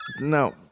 No